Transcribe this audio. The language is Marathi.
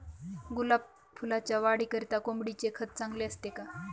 गुलाब फुलाच्या वाढीकरिता कोंबडीचे खत चांगले असते का?